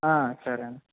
సరే అండి